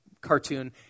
cartoon